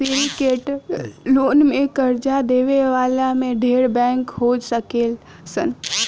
syndicated loan में कर्जा देवे वाला में ढेरे बैंक हो सकेलन सा